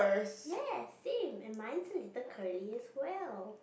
yes same and mine is a little curly as well